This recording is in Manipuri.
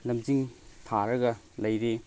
ꯂꯝꯖꯤꯡ ꯊꯥꯔꯒ ꯂꯩꯔꯤ